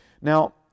Now